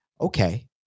Okay